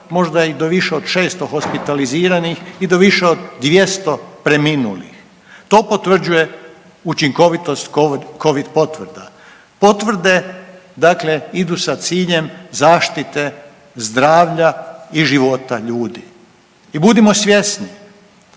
možda i do više od 600 hospitaliziranih i do više od 200 preminulih, to potvrđuje učinkovitost covid potvrda. Potvrde idu sa ciljem zaštite zdravlja i života ljudi i budimo svjesni,